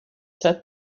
set